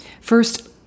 First